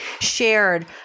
shared